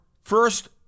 first